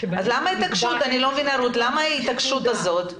אז אני לא מבינה מה ההתעקשות הזאת.